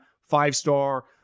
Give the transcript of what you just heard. five-star